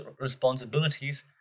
responsibilities